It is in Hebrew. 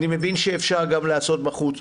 אני מבין שאפשר גם לעשות בחוץ,